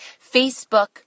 Facebook